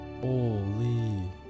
Holy